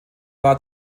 war